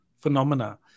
Phenomena